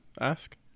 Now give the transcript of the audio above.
ask